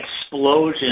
explosion